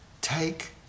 take